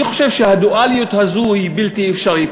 אני חושב שהדואליות הזאת היא בלתי אפשרית.